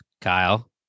Kyle